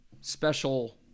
special